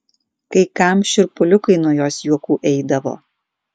kai kam šiurpuliukai nuo jos juokų eidavo